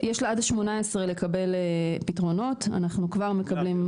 יש לה עד ה-18 לקבל פתרונות, אנחנו כבר מקבלים.